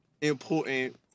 important